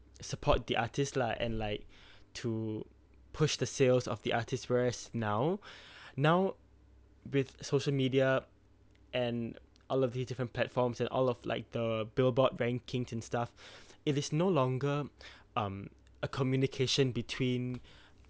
support the artist lah and like to push the sales of the artist whereas now now with social media and all of these different platforms and all of like the billboard rankings and stuff it is no longer um a communication between